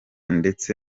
ndetse